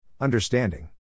Understanding